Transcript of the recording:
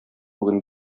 бүген